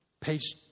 Page